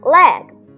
legs